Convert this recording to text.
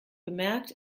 bemerkt